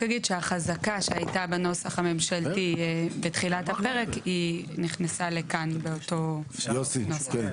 החזקה שהייתה בנוסח הממשלתי בתחילת הפרק נכנסה לכאן באותו הנוסח.